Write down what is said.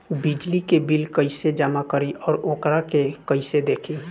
बिजली के बिल कइसे जमा करी और वोकरा के कइसे देखी?